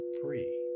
free